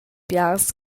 biars